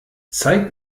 zeig